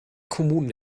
kommunen